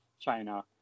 China